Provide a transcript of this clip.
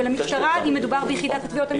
ולמשטרה - אם מדובר ביחידת התביעות המשטרתית.